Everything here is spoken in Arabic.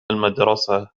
المدرسة